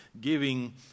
giving